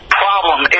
problem